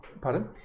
Pardon